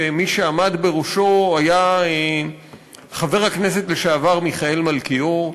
שמי שעמד בראשו היה חבר הכנסת לשעבר מיכאל מלכיאור.